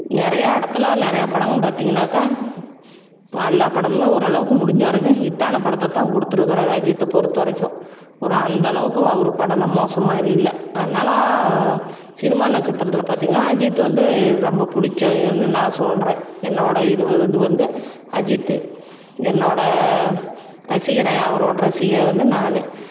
நிறையா இடத்துல நிறையா படங்கள் பார்த்திங்கனாக்க ப எல்லா படமுமே ஓரளவுக்கு முடிஞ்ச வரைக்குமே ஹிட்டான படத்தை தான் கொடுத்துருக்குறாரு அஜித்தை பொறுத்த வரைக்கும் ஒரு அந்தளவுக்கு ஒரு படம்லாம் மோசமாக இல்லை அதனால் சினிமா நட்சத்திரத்தில் பார்த்திங்கனா அஜித்து வந்து ரொம்ப பிடிச்சவிங்கன்னு நான் சொல்கிறேன் என்னோடய இது இது வந்து அஜித்து என்னோடய ரசிகர் அவரோடய ரசிகையாக வந்து நான்